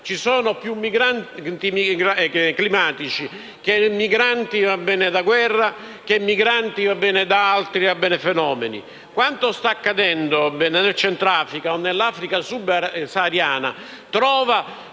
ci sono più migranti climatici che migranti da guerra o da altri fenomeni. Quanto sta accadendo nel Centro Africa o nell'Africa subsahariana